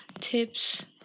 tips